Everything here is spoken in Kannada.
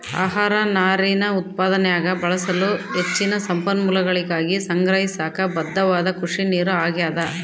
ಆಹಾರ ನಾರಿನ ಉತ್ಪಾದನ್ಯಾಗ ಬಳಸಲು ಹೆಚ್ಚಿನ ಸಂಪನ್ಮೂಲಗಳಿಗಾಗಿ ಸಂಗ್ರಹಿಸಾಕ ಬದ್ಧವಾದ ಕೃಷಿನೀರು ಆಗ್ಯಾದ